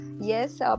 Yes